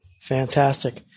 Fantastic